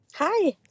Hi